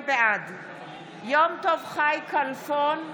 בעד יום טוב חי כלפון,